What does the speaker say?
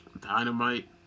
Dynamite